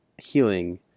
Healing